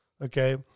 Okay